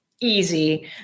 Easy